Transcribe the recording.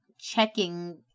checking